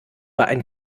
ein